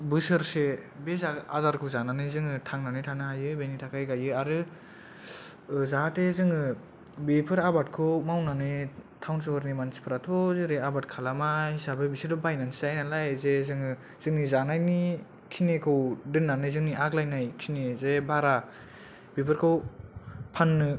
बोसोरसे बे जाग्रा आदारखौ जानानै जोङो थांनानै थानो हायो बेनि थाखाय गायो आरो जाहाथे जोङो बेफोर आबादखौ मावनानै टाउन सहरनि मानसिफोराथ' जेरै आबाद खालामा हिसाबै बिसोर बायनानैसो जायोनालाय जे जोंङो जोंनि जानायनि खिनिखौ दोननानै जोंनि आग्लायनायखिनि जे बारा बेफोरखौ फाननो